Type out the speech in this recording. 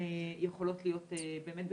יכולות להיות באמת בטוחות.